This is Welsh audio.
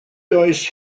oes